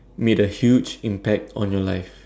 made a huge impact on your life